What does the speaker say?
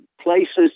places